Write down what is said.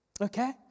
Okay